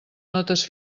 notes